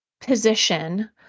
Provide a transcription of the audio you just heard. position